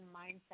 mindset